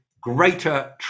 greater